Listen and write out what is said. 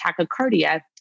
tachycardia